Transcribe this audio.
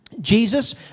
Jesus